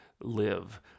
live